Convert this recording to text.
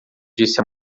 disse